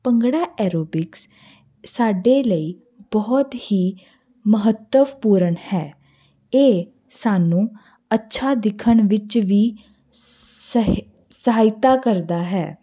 bhangra aerobics ਸਾਡੇ ਲਈ ਬਹੁਤ ਹੀ ਮਹੱਤਵਪੂਰਨ ਹੈ ਇਹ ਸਾਨੂੰ ਅੱਛਾ ਦਿਖਣ ਵਿੱਚ ਵੀ ਸਹ ਸਹਾਇਤਾ ਕਰਦਾ ਹੈ